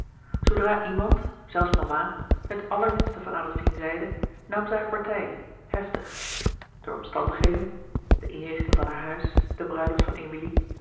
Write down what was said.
zoodra iemand zelfs mama het allerminste van adolfine zeide nam zij hare partij heftig door omstandigheden de inrichting van haar huis de bruiloft van emilie